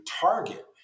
target